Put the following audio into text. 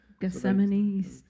Gethsemane